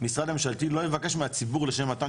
משרד ממשלתי לא יבקש מהציבור לשם מתן